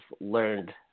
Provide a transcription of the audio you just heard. learned